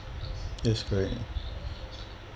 yes correct